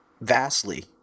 vastly